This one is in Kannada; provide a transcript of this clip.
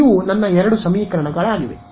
ಇವು ನನ್ನ ಎರಡು ಸಮೀಕರಣಗಳಾಗಿವೆ